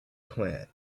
plant